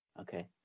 Okay